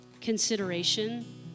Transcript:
consideration